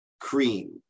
cream